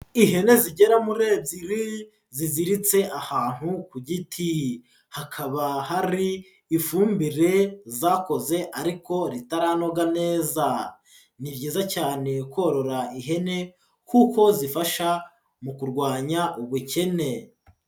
Ihene zigera muri ebyiri ziziritse ahantu ku giti, hakaba hari ifumbire zakoze ariko ritararanoga neza, ni byiza cyane korora ihene kuko zifasha mu kurwanya ubukene.